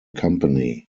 company